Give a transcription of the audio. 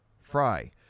Fry